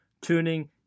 tuning